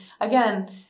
again